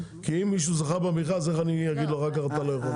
כי אם מישהו זכה במכרז איך אני אגיד לו אחר כך שהוא לא יכול?